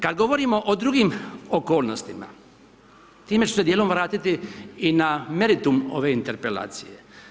Kad govorimo o drugim okolnostima, time ću se djelom vratiti i na meritum ove interpelacije.